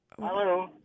Hello